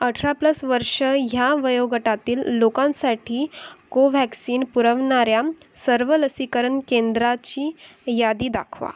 अठरा प्लस वर्ष ह्या वयोगटातील लोकांसाठी कोव्हॅक्सिन पुरवणाऱ्या सर्व लसीकरण केंद्राची यादी दाखवा